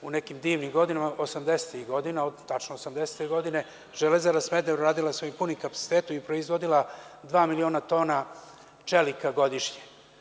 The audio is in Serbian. U nekim divnim godinama, 80-tih godina, tačno 1980. godine Železara Smederevo je radila svojim punim kapacitetom i proizvodila dva miliona tona čelika godišnje.